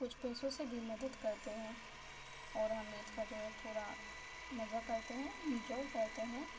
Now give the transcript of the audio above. کچھ پیسوں سے بھی مدد کرتے ہیں اور ہم عید کا جو ہے پورا مزہ کرتے ہیں انجوائی کر تے ہیں